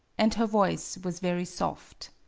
and her voice was very soft.